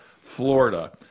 Florida